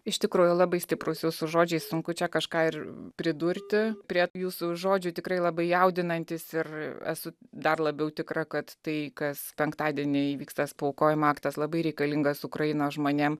iš tikrųjų labai stiprūs jūsų žodžiai sunku čia kažką ir pridurti prie jūsų žodžių tikrai labai jaudinantis ir esu dar labiau tikra kad tai kas penktadienį įvyks tas paaukojimo aktas labai reikalingas ukrainos žmonėm